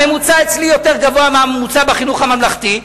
הממוצע אצלי יותר גבוה מהממוצע בחינוך הממלכתי.